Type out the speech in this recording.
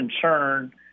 concern